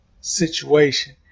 situation